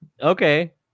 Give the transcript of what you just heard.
Okay